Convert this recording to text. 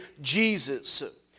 Jesus